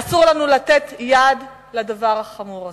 אסור לנו לתת יד לדבר החמור הזה.